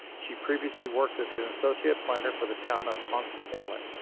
she previously worked as an associate planner for the town of pump inlet,